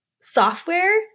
software